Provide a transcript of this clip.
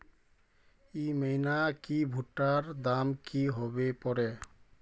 ई महीना की भुट्टा र दाम की होबे परे?